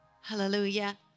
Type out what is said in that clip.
Hallelujah